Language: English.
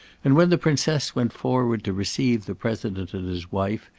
and when the princess went forward to receive the president and his wife,